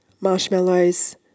marshmallows